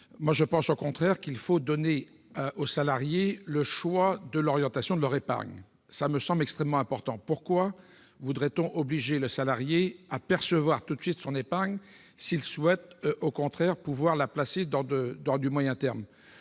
: je pense au contraire qu'il faut donner au salarié le choix de l'orientation de son épargne. Cela me semble extrêmement important. Pourquoi obliger le salarié à percevoir tout de suite son épargne s'il souhaite la placer sur le moyen terme ?